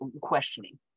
questioning